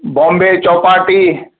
Bombay Chowpatty